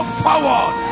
forward